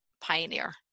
pioneer